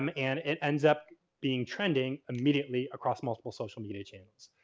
um and it ends up being trending immediately across multiple social media channels.